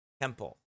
temple